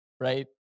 right